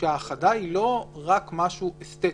שההאחדה היא לא רק משהו אסתטי.